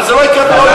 אבל זה לא יקרה בעוד,